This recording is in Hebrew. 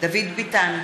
דוד ביטן,